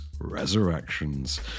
Resurrections